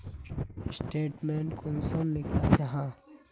Statement कुंसम निकले जाहा?